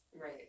Right